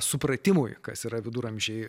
supratimui kas yra viduramžiai